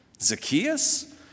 Zacchaeus